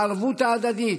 הערבות ההדדית,